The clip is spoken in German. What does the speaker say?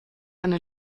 eine